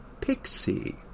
Pixie